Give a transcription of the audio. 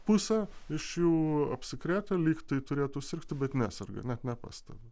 pusė iš jų apskretę lygtai turėtų sirgti bet neserga net nepastebi